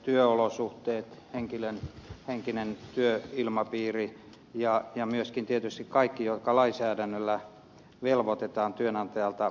työolosuhteet henkilön henkinen työilmapiiri ja myöskin tietysti kaikki asiat jotka työnantaja lainsäädännöllä velvoitetaan toteuttamaan